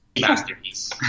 masterpiece